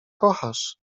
kochasz